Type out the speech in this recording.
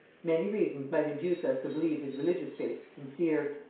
many reasons might induce us to believe his religious faith sincere,